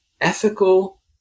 ethical